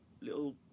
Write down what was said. little